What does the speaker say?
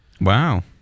Wow